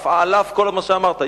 על אף כל מה שאמרת,